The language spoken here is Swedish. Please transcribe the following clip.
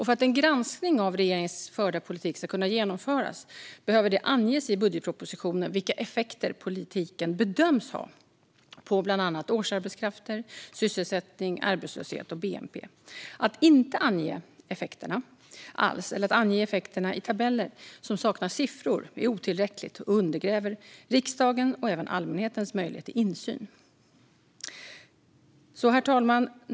För att en granskning av regeringens förda politik ska kunna genomföras behöver det anges i budgetpropositionen vilka effekter politiken bedöms ha på bland annat årsarbetskrafter, sysselsättning, arbetslöshet och bnp. Att inte ange effekterna alls eller att ange effekterna i tabeller som saknar siffror är otillräckligt och undergräver riksdagens och även allmänhetens möjlighet till insyn. Herr talman!